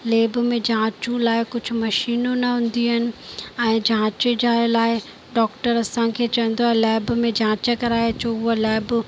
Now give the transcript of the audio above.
lab में जांचूं लाइ कुझु मशीनूं न हूंदियूं आहिनि ऐं जांच जे लाइ डॉक्टर असांखे चवंदो आहे लैब में जांच कराए अचो उहो लैब